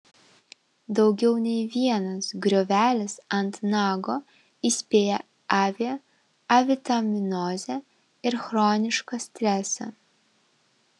daugiau nei vienas griovelis ant nago įspėja avie avitaminozę ir chronišką stresą